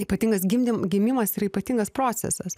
ypatingas gimdym gimimas yra ypatingas procesas